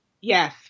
Yes